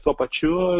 tuo pačiu